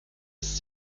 ist